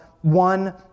one